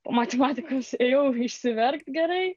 po matematikos ėjau išsiverkt gerai